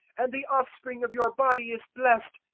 and the offspring of your body is blest!